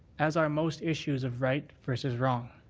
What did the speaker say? as are most issues of right versus wrong.